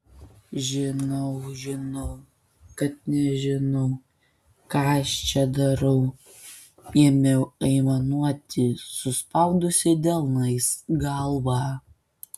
žinau žinau kad nežinau ką aš čia darau ėmiau aimanuoti suspaudusi delnais galvą